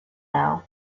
now